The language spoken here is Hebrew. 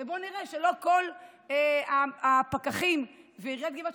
ובואו נראה שלא כל הפקחים ועיריית גבעת